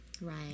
Right